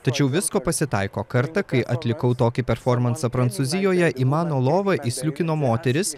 tačiau visko pasitaiko kartą kai atlikau tokį performansą prancūzijoje į mano lovą įsliūkino moteris